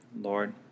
Lord